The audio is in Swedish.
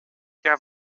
jag